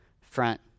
front